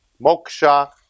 moksha